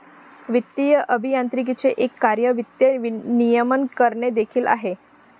वित्तीय अभियांत्रिकीचे एक कार्य वित्त नियमन करणे देखील आहे